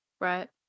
right